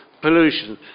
pollution